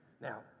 Now